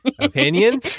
opinion